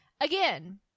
Again